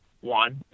one